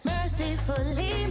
Mercifully